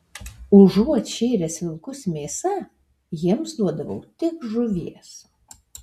užuot šėręs vilkus mėsa jiems duodavau tik žuvies